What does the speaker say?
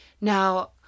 Now